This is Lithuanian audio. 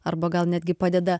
arba gal netgi padeda